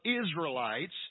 Israelites